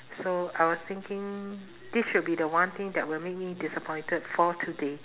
so I was thinking this should be the one thing that will make me disappointed for today